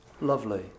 Lovely